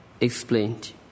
explained